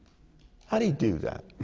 how do you do that?